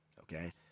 okay